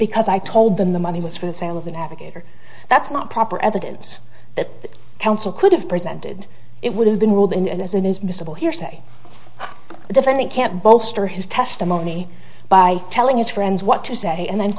because i told them the money was for the sale of the navigator that's not proper evidence that counsel could have presented it would have been ruled in and as it is missable hearsay defendant can't bolster his testimony by telling his friends what to say and then